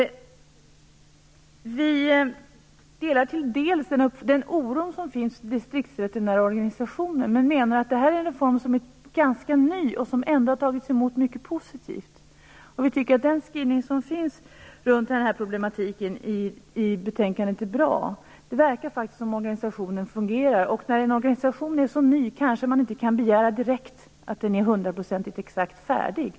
Vi håller till en viss del med om den oro som finns när det gäller distriktsveterinärorganisationen. Men det här är en reform som är ganska ny och som ändå har tagits emot mycket positivt. Den skrivning som finns runt den här problematiken i betänkandet är bra. Det verkar faktiskt som om organisationen fungerar. När en organisation är så ny kanske man inte kan begära att den skall vara hundraprocentigt färdig.